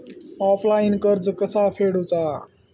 Offline कर्ज कसा फेडूचा?